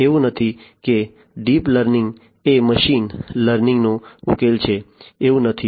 એવું નથી કે ડીપ લર્નિંગ એ મશીન લર્નિંગનો ઉકેલ છે એવું નથી